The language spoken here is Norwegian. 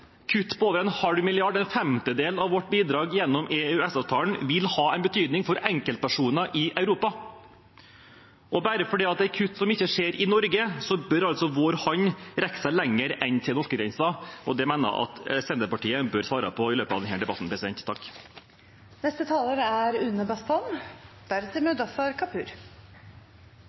Kutt på over en halv milliard kroner, en femtedel av vårt bidrag gjennom EØS-avtalen, vil ha en betydning for enkeltpersoner i Europa. Og selv om det ikke gjelder kutt i Norge, bør hånden vår rekke lenger enn til norskegrensen, og det mener jeg Senterpartiet bør svare på i løpet av denne debatten.